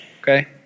Okay